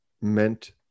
meant